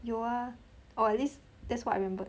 有 ah or at least that's what I remembered